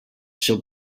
seu